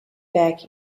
back